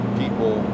people